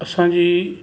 असांजी